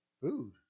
Food